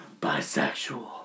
bisexual